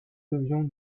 devions